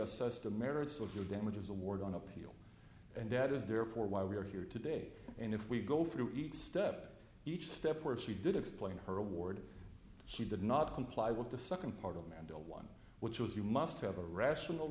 assess the merits of your damages award on appeal and that is therefore why we are here today and if we go through each step each step where she did explain her award she did not comply with the second part of amanda one which was you must have a rational